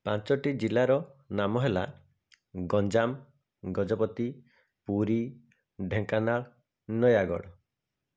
ପାଞ୍ଚଟି ଜିଲ୍ଲାର ନାମ ହେଲା ଗଞ୍ଜାମ ଗଜପତି ପୁରୀ ଢେଙ୍କାନାଳ ନୟାଗଡ଼